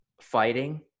fighting